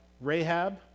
Rahab